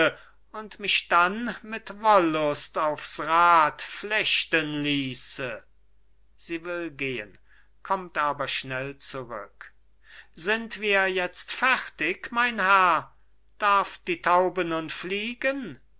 und mich dann mit wollust aufs rad flechten ließe sie will gehen kommt aber schnell zurück sind wir jetzt fertig mein herr darf die taube nun fliegen